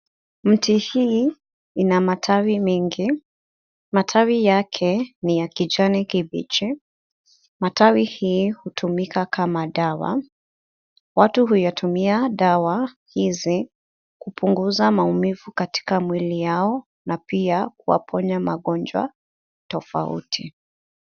Mti hii ina matawi mengi. Majani yake ni ya kijani kibichi. Majani hii hutumika kama dawa. Watu huyatumia dawa hizi kupunguza maumivu katika mwili yao na pia kuwaponya magonjwa tofauti.